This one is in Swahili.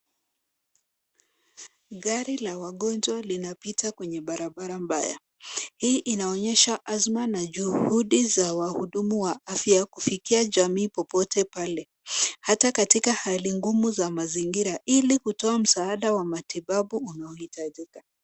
Gari la wagonjwa linapita kwenye barabara mbaya. Hii inaonyesha azma na juhudi za wahudumu wa afya kufikia jamii popote pale, hata katika hali ngumu za mazingira ili kutoa msaada wa matibabu unaohitajika.